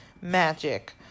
magic